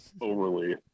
overly